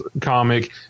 comic